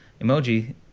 emoji